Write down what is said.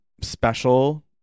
special